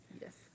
Yes